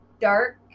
dark